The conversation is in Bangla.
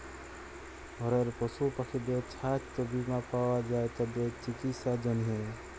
ঘরের পশু পাখিদের ছাস্থ বীমা পাওয়া যায় তাদের চিকিসার জনহে